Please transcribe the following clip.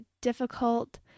difficult